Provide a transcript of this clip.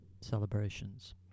celebrations